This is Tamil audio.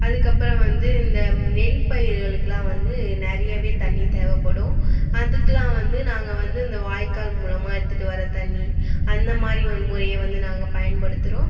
அதுக்கு அப்புறம் வந்து இந்த நெல் பயிறுகளுக்குலாம் வந்து நிறையவே தண்ணி தேவைப்படும் அதுக்குலாம் வந்து நாங்கள் வந்து இந்த வாய்க்கால் மூலிமா எடுத்துட்டு வர தண்ணி அந்தமாதிரி ஒரு முறையை வந்து நாங்கள் பயன்படுத்துகிறோம்